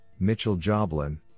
Mitchell-Joblin